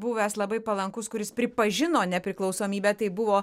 buvęs labai palankus kuris pripažino nepriklausomybę tai buvo